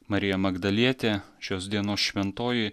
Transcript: marija magdalietė šios dienos šventoji